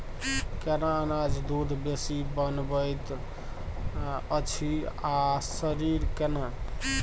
केना अनाज दूध बेसी बनबैत अछि आ शरीर केना?